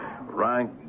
rank